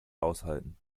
aushalten